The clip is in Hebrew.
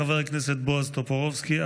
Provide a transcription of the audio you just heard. חבר הכנסת בועז טופורובסקי.